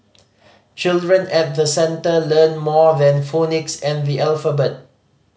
children at the centre learn more than phonics and the alphabet